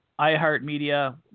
iHeartMedia